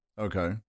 Okay